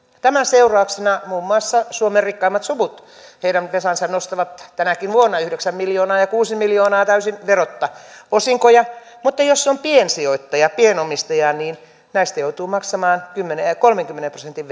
tämän seurauksena muun muassa suomen rikkaimmat suvut heidän vesansa nostavat tänäkin vuonna yhdeksän miljoonaa ja kuusi miljoonaa täysin verotta osinkoja mutta jos on piensijoittaja pienomistaja niin näistä joutuu maksamaan kymmenen ja ja kolmenkymmenen prosentin